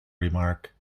remark